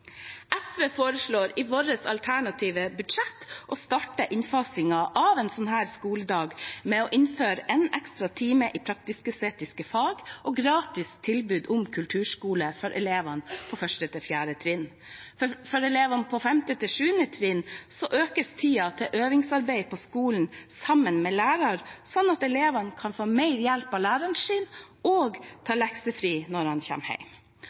SV foreslår i sitt alternative budsjett å starte innfasingen av en sånn skoledag med å innføre en ekstra time i praktisk-estetiske fag og gratis tilbud om kulturskole for elevene på 1.–4. trinn. For elevene på 5.–7. trinn økes tiden til øvingsarbeid på skolen sammen med lærer, slik at elevene kan få mer hjelp av læreren sin og ha leksefri når